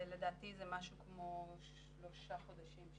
לדעתי זה משהו כמו שלושה חודשים.